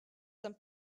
some